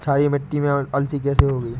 क्षारीय मिट्टी में अलसी कैसे होगी?